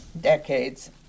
decades